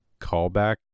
callback